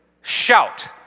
shout